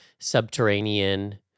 subterranean